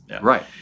Right